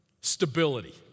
Stability